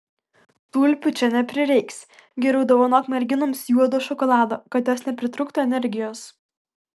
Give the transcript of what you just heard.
tulpių čia neprireiks geriau dovanok merginoms juodo šokolado kad jos nepritrūktų energijos